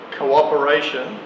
cooperation